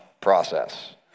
process